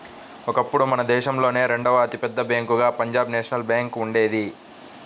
ఒకప్పుడు మన దేశంలోనే రెండవ అతి పెద్ద బ్యేంకుగా పంజాబ్ నేషనల్ బ్యేంకు ఉండేది